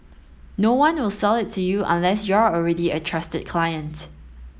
no one will sell it to you unless you're already a trusted client